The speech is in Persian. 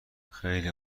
خیلی